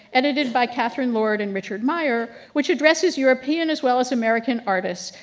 edited by catherine lord and richard meier, which addresses european as well as american artists,